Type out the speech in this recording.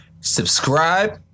Subscribe